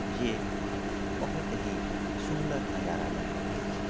जे बहुत ही सुन्दर नजारा बनबैत अछि